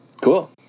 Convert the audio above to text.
cool